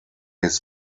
his